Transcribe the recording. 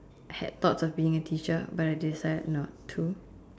had thoughts of being a teacher but I decided not to